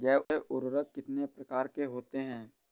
जैव उर्वरक कितनी प्रकार के होते हैं?